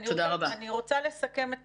אני רוצה לסכם את